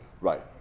Right